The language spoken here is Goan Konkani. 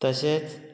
तशेंच